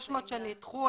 ה-600 שנדחו,